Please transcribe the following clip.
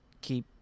keep